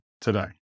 today